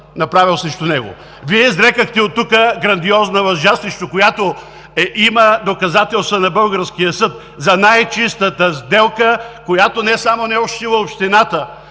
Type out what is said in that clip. направил срещу него. Вие изрекохте оттук грандиозна лъжа, срещу която има доказателства на българския съд за най-чистата сделка, която не само не е ощетила общината,